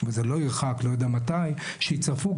וגם את העברת התקציבים.